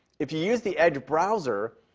if you use the edge browser,